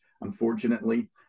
unfortunately